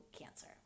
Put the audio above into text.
cancer